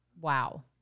Wow